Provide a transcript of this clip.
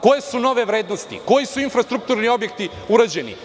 Koje su nove vrednosti, koji su infrastrukturni objekti urađeni?